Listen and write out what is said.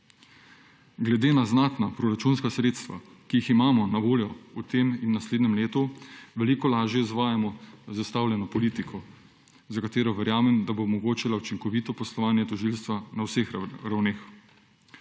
Glede na znatna proračunska sredstva, ki jih imamo na voljo v tem in naslednjem letu, veliko lažje izvajamo zastavljeno politiko, za katero verjamem, da bo omogočila učinkovito poslovanje tožilstva na vseh ravneh.